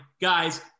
guys